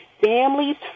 Families